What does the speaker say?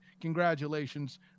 Congratulations